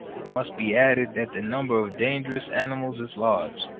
it must be added that the number of dangerous animals is large.